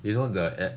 you know the at